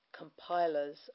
Compilers